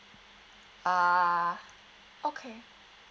ah okay